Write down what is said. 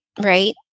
right